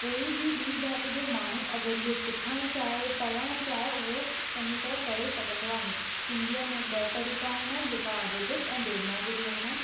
कोई बि बी॒ जाति जो माण्हू अगरि हीअ सिखणु चाहे पढ़णु चाहे त उहो चङीअ तरहं करे सघंदो आहे सिंधीअ में ब॒ तरीक़ा हूंदा आहिनि जेका अरेबिक ऐं देवनागिरी हूंदा आहिनि